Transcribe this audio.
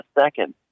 second